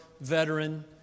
veteran